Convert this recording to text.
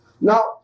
Now